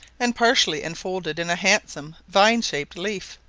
and partially enfolded in a handsome vine-shaped leaf,